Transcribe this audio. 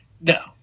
No